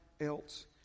else